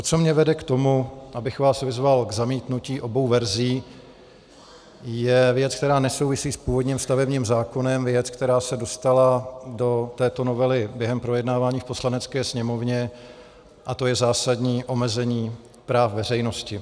To, co mě vede k tomu, abych vás vyzval k zamítnutí obou verzí, je věc, která nesouvisí s původním stavebním zákonem, věc, která se dostala do této novely během projednávání v Poslanecké sněmovně, a to je zásadní omezení práv veřejnosti.